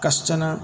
कश्चन